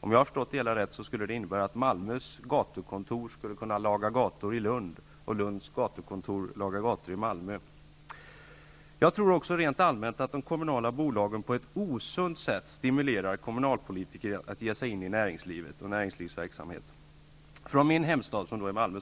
Om jag förstår det hela rätt, skulle det innebära att Malmös gatukontor skulle kunna laga gator i Lund och Jag tror också rent allmänt att de kommunala bolagen på ett osunt sätt stimulerar kommunalpolitiker att ge sig in i näringslivet och näringslivsverksamhet. I min hemstad Malmö